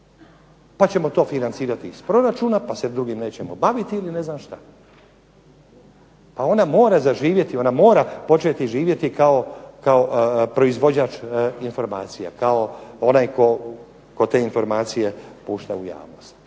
pa ćemo to financirati iz proračuna, pa se drugim nećemo baviti ili ne znam što. Pa ona mora zaživjeti, ona mora početi živjeti kao proizvođač informacija, kao ona tko te informacije pušta u javnost.